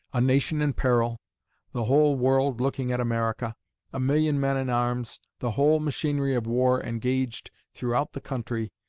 a nation in peril the whole world looking at america a million men in arms the whole machinery of war engaged throughout the country,